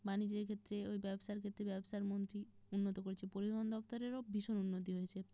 বাণিজ্যের ক্ষেত্রে ওই ব্যবসার ক্ষেত্রে ব্যবসার মন্ত্রী উন্নত করছে পরিবহণ দপ্তরেরও ভীষণ উন্নতি হয়েছে